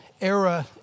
era